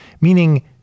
meaning